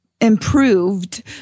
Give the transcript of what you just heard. improved